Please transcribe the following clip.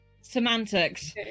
Semantics